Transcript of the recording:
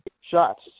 shots